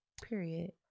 Period